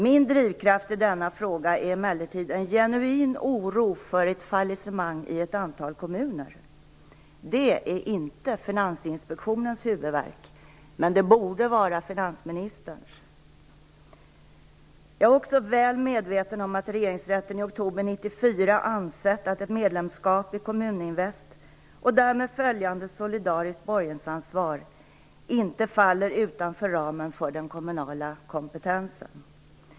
Min drivkraft i denna fråga är emellertid en genuin oro för ett fallissemang i ett antal kommuner. Det är inte Finansinspektionens huvudvärk, men det borde vara finansministerns. Jag är också väl medveten om att Regeringsrätten i oktober 1994 ansett att ett medlemskap i Kommuninvest och därmed följande solidariskt borgensansvar inte faller utanför ramen för den kommunala kompetensen.